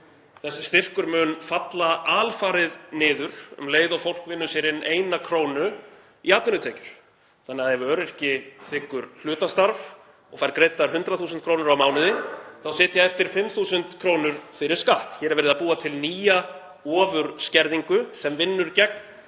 Þessi styrkur mun falla alfarið niður um leið og fólk vinnur sér inn 1 kr. í atvinnutekjur, þannig að ef öryrki þiggur hlutastarf og fær greiddar 100.000 kr. á mánuði þá sitja eftir 5.000 kr. fyrir skatt. Hér er verið að búa til nýja ofurskerðingu sem vinnur gegn